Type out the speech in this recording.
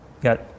Got